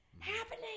Happening